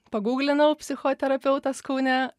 pagūglinau psichoterapeutas kaune